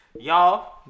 y'all